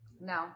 No